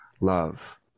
love